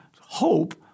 hope